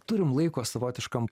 turim laiko savotiškam